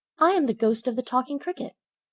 i am the ghost of the talking cricket,